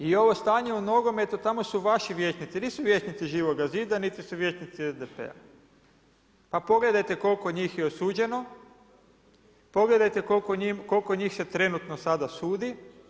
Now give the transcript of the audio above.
I ovo stanje u nogometu, tamo su vaši vijećnici, nisu vijećnici Živoga zida niti su vijećnici SDP-a. pa pogledajte koliko je njih osuđeno, pogledajte koliko njih se trenutno sada sudi.